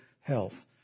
health